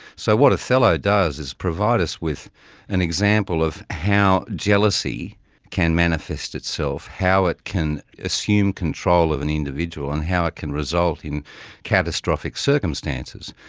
so what othello does is provide us with an example of how jealousy can manifest itself, how it can assume control of an individual and how it can result in catastrophic circumstances.